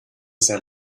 sehr